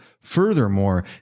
Furthermore